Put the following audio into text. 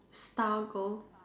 star goal